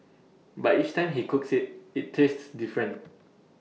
but each time he cooks IT it tastes different